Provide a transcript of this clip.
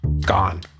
gone